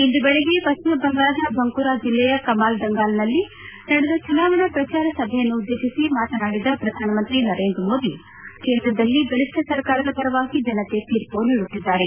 ಇಂದು ಬೆಳಗ್ಗೆ ಪಶ್ಚಿಮ ಬಂಗಾಳದ ಬಂಕೂರಾ ಜಿಲ್ಲೆಯ ಕಮಾಲ್ದಂಗಾನಲ್ಲಿ ನಡೆದ ಚುನಾವಣಾ ಪ್ರಚಾರ ಸಭೆಯನ್ನುದ್ದೇಶಿಸಿ ಮಾತನಾಡಿದ ಪ್ರಧಾನಮಂತ್ರಿ ನರೇಂದ್ರ ಮೋದಿ ಕೇಂದ್ರದಲ್ಲಿ ಬಲಿಷ್ನ ಸರ್ಕಾರದ ಪರವಾಗಿ ಜನತೆ ತೀರ್ಮ ನೀಡುತ್ತಿದ್ದಾರೆ